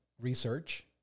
research